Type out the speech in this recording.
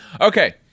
Okay